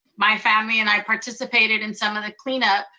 my family and i participated in some of the cleanup,